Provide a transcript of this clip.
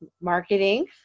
marketing